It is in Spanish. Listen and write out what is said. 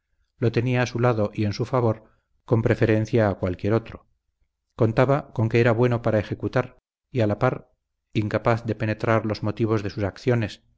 lo tenía a su lado y en su favor con preferencia a cualquier otro contaba con que era bueno para ejecutar y a la par incapaz de penetrar los motivos de sus acciones